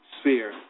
sphere